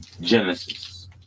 Genesis